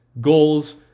goals